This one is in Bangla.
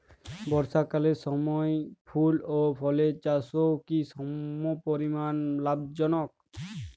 বর্ষাকালের সময় ফুল ও ফলের চাষও কি সমপরিমাণ লাভজনক?